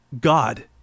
God